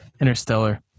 Interstellar